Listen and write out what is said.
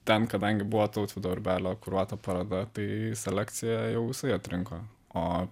ten kadangi buvo tautvydo urbelio kuruota paroda tai selekcija jau jisai atrinko o